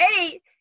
eight